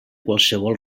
qualsevol